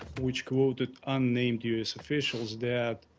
which quoted unnamed u s. officials, that